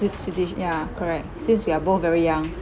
need to ditch ya correct since we are both very young